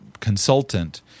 consultant